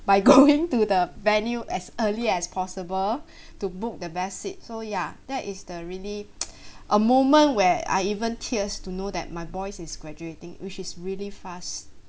by going to the venue as early as possible to book the best seat so ya that is the really a moment where I even tears to know that my boy is graduating which is really fast